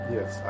Yes